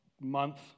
month